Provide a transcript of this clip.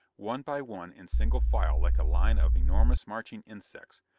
one by one, in single file like a line of enormous marching insects,